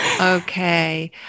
Okay